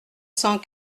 cent